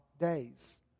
days